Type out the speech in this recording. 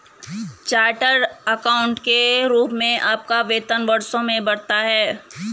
chartered accountant के रूप में आपका वेतन वर्षों में बढ़ता है